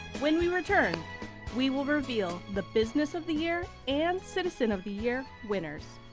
when we return we will reveal the business of the year and citizen of the year winners.